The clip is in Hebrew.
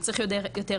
צריך יותר ידיים,